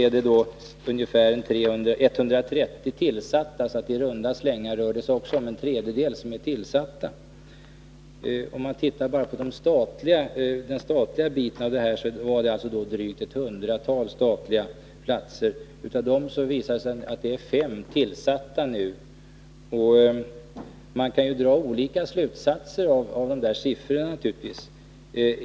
Av dessa är ca 130 platser tillsatta, vilket alltså i runda tal är en tredjedel av det totala antalet.. Ser man på enbart den statliga delen — alltså ett hundratal platser — finner man att av dem är nu bara fem tillsatta. Man kan naturligtvis dra olika slutsatser av de siffrorna.